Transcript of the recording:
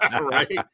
Right